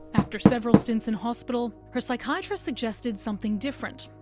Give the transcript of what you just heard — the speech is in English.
after several stints in hospital, her psychiatrist suggested something different,